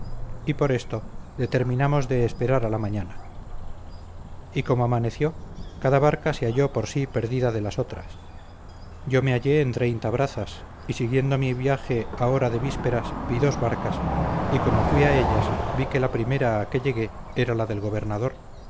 y por esto determinamos de esperar a la mañana y como amaneció cada barca se halló por sí perdida de las otras yo me hallé en treinta brazas y siguiendo mi viaje a hora de vísperas vi dos barcas y como fui a ellas vi que la primera a que llegué era la del gobernador